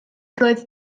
roedd